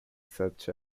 such